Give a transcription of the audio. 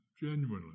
genuinely